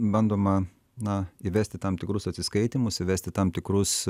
bandoma na įvesti tam tikrus atsiskaitymus įvesti tam tikrus